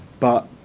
but